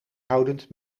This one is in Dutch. houdend